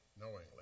knowingly